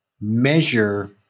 measure